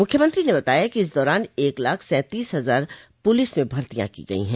मुख्यमंत्री ने बताया कि इस दौरान एक लाख सैंतीस हजार पुलिस में भर्तियां की गई है